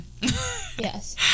yes